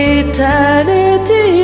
eternity